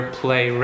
play